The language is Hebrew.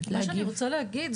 מה שאני רוצה להגיד,